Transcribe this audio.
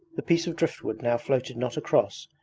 the piece of driftwood now floated not across,